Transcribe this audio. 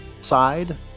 side